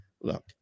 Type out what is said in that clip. Look